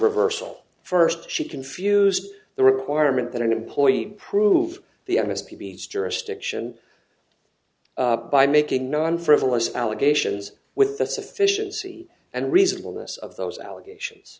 reversal first she confused the requirement that an employee prove the us p b s jurisdiction by making non frivolous allegations with the sufficiency and reasonable this of those allegations